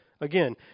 again